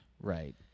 Right